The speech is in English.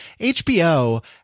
HBO